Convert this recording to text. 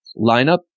lineup